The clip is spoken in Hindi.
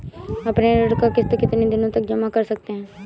अपनी ऋण का किश्त कितनी दिनों तक जमा कर सकते हैं?